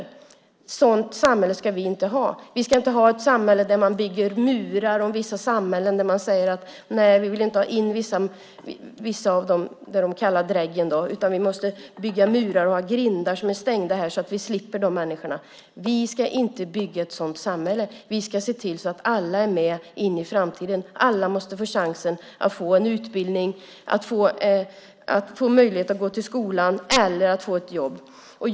Ett sådant samhälle ska vi inte ha. Vi ska inte ha ett samhälle där man bygger murar runt vissa platser och säger: Nej, vi vill inte ha in vissa - det man kallar dräggen - utan vi måste bygga murar och ha grindar som är stängda så att vi slipper de människorna. Vi ska inte bygga ett sådant samhälle. Vi ska se till att alla är med in i framtiden. Alla måste få chansen att få en utbildning, att få möjlighet att gå till skolan eller att få ett jobb.